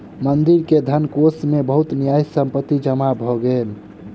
मंदिर के धनकोष मे बहुत न्यास संपत्ति जमा भ गेल